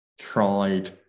tried